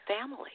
family